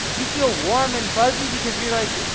you feel warm and fuzzy because you're like,